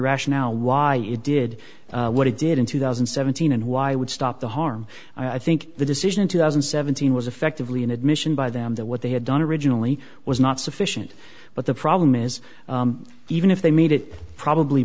rationale why it did what it did in two thousand and seventeen and why would stop the harm i think the decision in two thousand and seventeen was effectively an admission by them that what they had done originally was not sufficient but the problem is even if they made it probably